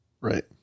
Right